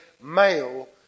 male